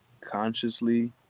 consciously